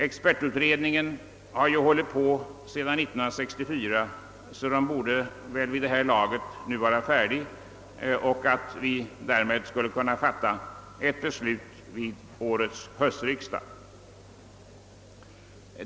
Expertutredningen har ju pågått sedan år 1964, så den borde väl vid det här laget vara färdig och kunna framlägga ett förslag som gör det möjligt att fatta beslut i frågan vid årets höstriksdag.